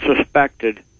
suspected